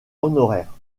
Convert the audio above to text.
honoraire